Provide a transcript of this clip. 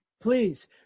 please